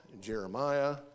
Jeremiah